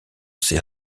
ses